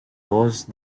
voz